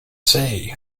say